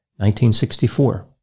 1964